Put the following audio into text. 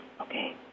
Okay